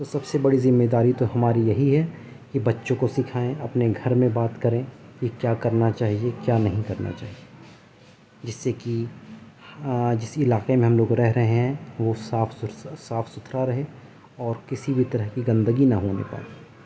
تو سب سے بڑی ذمے داری تو ہماری یہی ہے کہ بچوں کو سکھائیں اپنے گھر میں بات کریں کہ کیا کرنا چاہیے کیا نہیں کرنا چاہیے جس سے کہ جس علاقے میں ہم لوگ رہ رہے ہیں وہ صاف صاف ستھرا رہے اور کسی بھی طرح کی گندگی نہ ہونے پائے